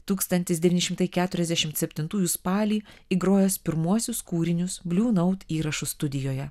tūkstantis devyni šimtai keturiasdešimt septintųjų spalį įgrojęs pirmuosius kūrinius bliu naut įrašų studijoje